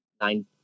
nine